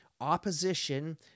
Opposition